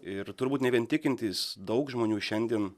ir turbūt ne vien tikintys daug žmonių šiandien